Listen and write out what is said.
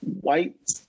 white